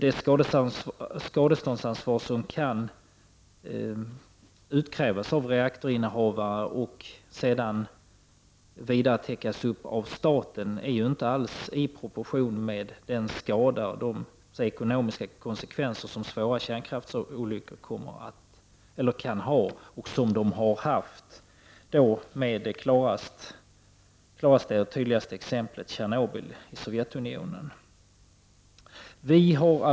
De skadeståndsansvar som kan utkrävas av reaktorinnehavare för att därefter överlåtas på staten står inte i proportion till de skador och de ekonomiska konsekvenser som svåra kärnkraftsolyckor kan medföra. Det tydligaste exemplet på detta är Tjernobylkatastrofen i Sovjetunionen.